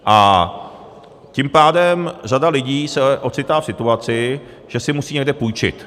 A tím pádem se řada lidí ocitá v situaci, že si musí někde půjčit.